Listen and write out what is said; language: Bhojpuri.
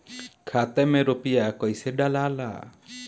खाता में रूपया कैसे डालाला?